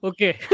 Okay